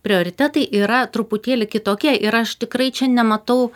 prioritetai yra truputėlį kitokie ir aš tikrai čia nematau